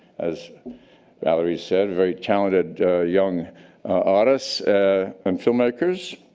as valerie said, very talented young artists and filmmakers.